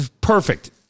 Perfect